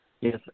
Yes